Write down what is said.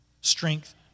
strength